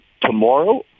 tomorrow